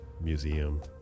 museum